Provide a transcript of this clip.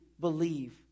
believe